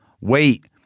Wait